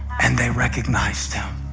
and they recognized him.